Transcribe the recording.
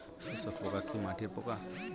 শোষক পোকা কি মাটির পোকা?